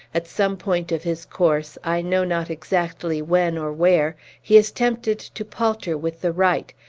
at some point of his course i know not exactly when or where he is tempted to palter with the right,